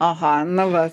aha na va